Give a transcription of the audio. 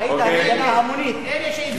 לפני יומיים, איפה הוא היה?